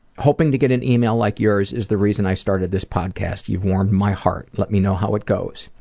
hoping to get an email like yours is the reason i started this podcast. you've warmed my heart. let me know how it goes.